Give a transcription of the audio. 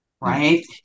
right